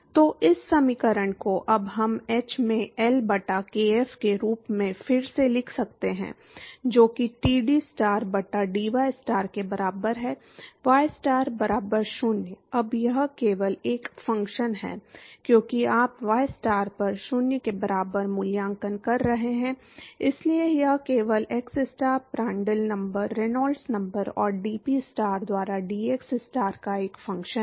तो इस समीकरण को अब हम h में L बटा kf के रूप में फिर से लिख सकते हैं जो कि dTstar बटा dystar के बराबर है ystar बराबर 0 अब यह केवल एक फ़ंक्शन है क्योंकि आप ystar पर 0 के बराबर मूल्यांकन कर रहे हैं इसलिए यह केवल xstar Prandtl number Reynolds number और dPstar द्वारा dxstar का एक फ़ंक्शन है